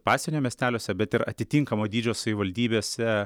pasienio miesteliuose bet ir atitinkamo dydžio savivaldybėse